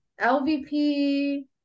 LVP